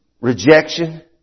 rejection